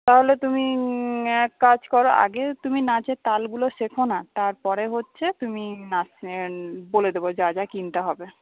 তাহলে তুমি এক কাজ কর আগে তুমি নাচের তালগুলো শেখো না তারপরে হচ্ছে তুমি নাচ বলে দেব যা যা কিনতে হবে